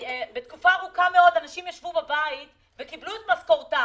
במשך תקופה ארוכה מאוד כל מיני אנשים ישבו בבית וקיבלו את משכורתם,